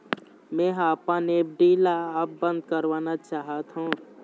मै ह अपन एफ.डी ला अब बंद करवाना चाहथों